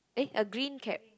eh a green cap